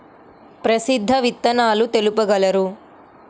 ప్రసిద్ధ విత్తనాలు తెలుపగలరు?